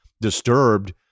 disturbed